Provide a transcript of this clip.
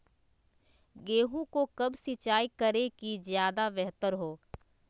गेंहू को कब सिंचाई करे कि ज्यादा व्यहतर हो?